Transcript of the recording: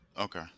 Okay